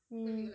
mm